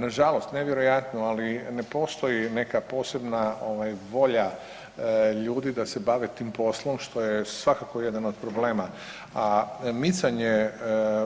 Nažalost, nevjerojatno ali ne postoji neka posebna volja ljudi da se bave tim poslom što je svakako jedan od problema, a micanje